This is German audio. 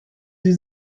sie